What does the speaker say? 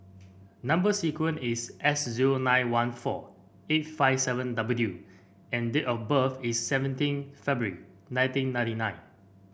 number sequence is S zero nine one four eight five seven W and date of birth is seventeen February nineteen ninety nine